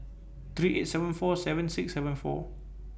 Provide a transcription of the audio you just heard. three eight seven four seven six seven four